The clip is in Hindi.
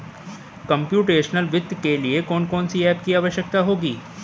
कंप्युटेशनल वित्त के लिए कौन कौन सी एप की आवश्यकता होगी?